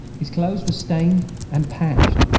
his clothes were stained and patched,